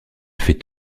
fait